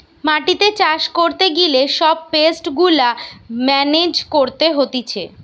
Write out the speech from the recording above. মাটিতে চাষ করতে গিলে সব পেস্ট গুলা মেনেজ করতে হতিছে